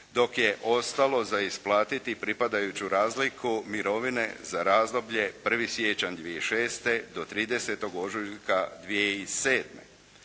dok je ostalo za isplatiti pripadajuću razliku mirovine za razdoblje 1. siječnja 2006. do 30. ožujka 2007.